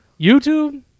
YouTube